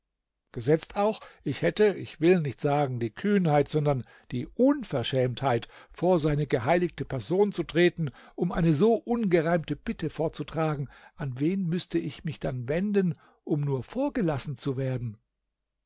gesetzt auch ich hätte ich will nicht sagen die kühnheit sondern die unverschämtheit vor seine geheiligte person zu treten um eine so ungereimte bitte vorzutragen an wen müßte ich mich denn wenden um nur vorgelassen zu werden